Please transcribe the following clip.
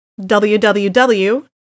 www